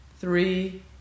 three